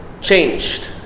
changed